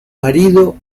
marido